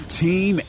team